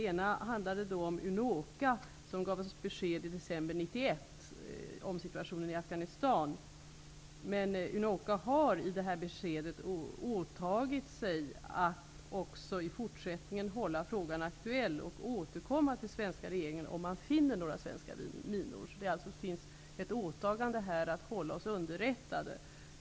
En handlade om Unoca, som gav oss besked i december 1991 om situationen i Afghanistan. Unoca har enligt beskedet åtagit sig att i fortsättningen hålla frågan aktuell och återkomma till svenska regeringen om man finner några svenska minor. Det är alltså ett åtagande att hålla oss underrättade.